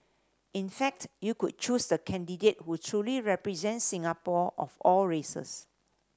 in fact you could choose the candidate who truly represent Singapore of all races